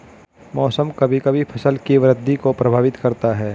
मौसम कभी कभी फसल की वृद्धि को प्रभावित करता है